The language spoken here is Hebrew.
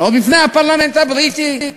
לא בפני הפרלמנט הבריטי,